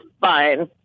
fine